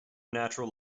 natural